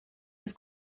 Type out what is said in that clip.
have